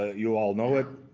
you all know it.